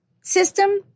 system